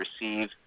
receive